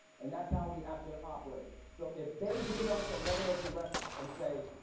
and that's how we have to operate. so if they give us a letter of direction and say,